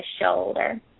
shoulder